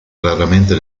raramente